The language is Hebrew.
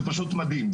זה פשוט מדהים,